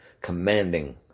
commanding